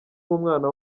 nk’umwana